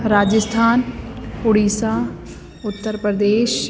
Rajasthan Odisha Uttar Pradesh